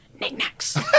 knickknacks